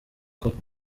koko